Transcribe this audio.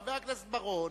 חבר הכנסת בר-און,